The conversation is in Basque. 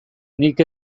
nik